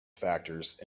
factors